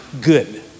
good